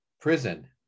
prison